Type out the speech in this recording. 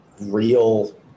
real